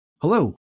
Hello